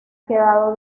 quedado